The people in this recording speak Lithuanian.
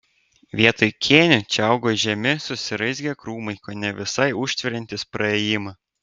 vietoj kėnių čia augo žemi susiraizgę krūmai kone visai užtveriantys praėjimą